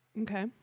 Okay